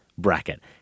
Bracket